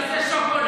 תמסה שוקולד,